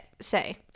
say